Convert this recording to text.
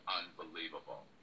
unbelievable